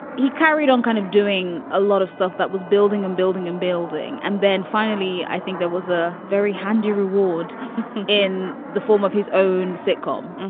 he carried on kind of doing a lot of stuff that was building and building and building. and then finally, i think that was a very handy reward in the form of his own sitcom.